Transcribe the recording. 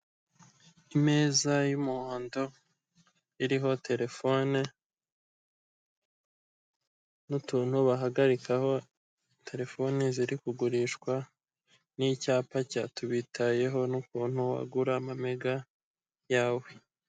Imeza y'umuhondo iriho terefone n'utuntu bahagarikaho terefone ziri kugurishwa, n'icyapa cya tubitayeho, n'ukuntu wagura amamega yawe.